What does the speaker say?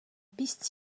piste